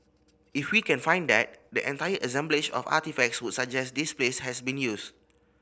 if we can find that the entire assemblage of artefacts would suggest this place has been used